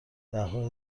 دهها